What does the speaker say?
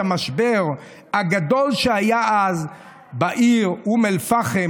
המשבר הגדול שהיה אז בעיר אום אל-פחם,